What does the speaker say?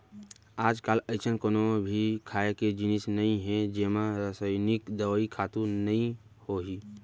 आजकाल अइसन कोनो भी खाए के जिनिस नइ हे जेमा रसइनिक दवई, खातू नइ होही